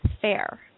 fair